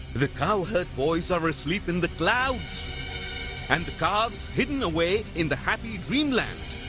the cowherd boys are asleep in the clouds and the calves hidden away in the happy dreamland!